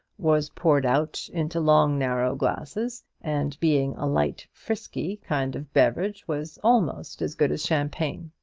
was poured out into long narrow glasses, and being a light frisky kind of beverage, was almost as good as champagne.